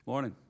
Morning